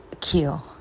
kill